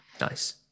Nice